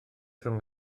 rhwng